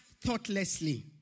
thoughtlessly